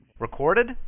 Recorded